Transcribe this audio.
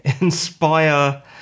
inspire